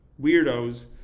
weirdos